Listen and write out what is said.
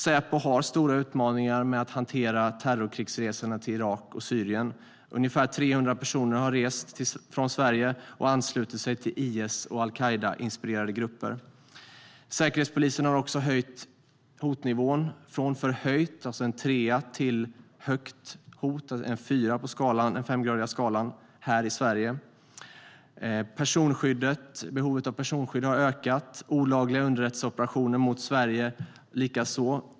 Säpo har stora utmaningar med att hantera terrorkrigsresande till Irak och Syrien. Ungefär 300 personer har rest från Sverige och anslutit sig till IS och al-Qaida-inspirerade grupper. Säkerhetspolisen har också höjt hotnivån från förhöjt hot till högt hot, alltså en höjning från en trea till en fyra på den femgradiga skalan, här i Sverige. Behovet av personskydd har ökat, och antalet olagliga underrättelseoperationer mot Sverige likaså.